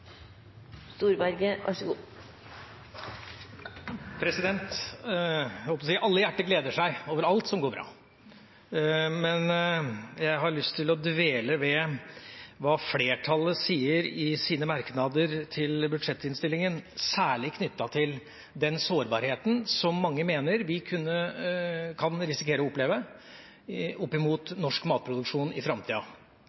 Jeg holdt på å si – alle hjerter gleder seg over alt som går bra. Men jeg har lyst til å dvele ved hva flertallet sier i sine merknader i budsjettinnstillinga, særlig knyttet til den sårbarheten som mange mener vi kan risikere å oppleve i norsk matproduksjon i framtida.